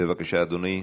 בבקשה, אדוני.